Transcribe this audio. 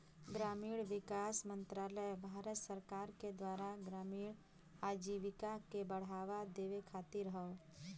ग्रामीण विकास मंत्रालय भारत सरकार के द्वारा ग्रामीण आजीविका के बढ़ावा देवे खातिर हौ